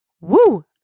Woo